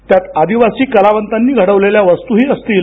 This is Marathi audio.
त्यात यादिवासी कलावंतांनी घडवलेल्या वस्तूही असतील